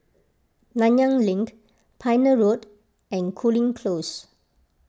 Nanyang Link Pioneer Road and Cooling Close